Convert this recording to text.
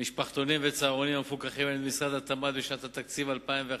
משפחתונים וצהרונים המפוקחים על-ידי משרד התמ"ת בשנת התקציב 2011,